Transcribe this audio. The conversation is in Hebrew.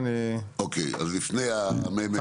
אוקיי, לפני הממ"מ,